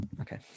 Okay